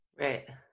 right